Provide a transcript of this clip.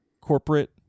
corporate